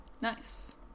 Nice